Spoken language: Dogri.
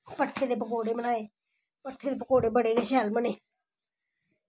भट्ठे दे पकौड़े बनाये भट्ठे दे पकौड़े बड़े गै शैल बने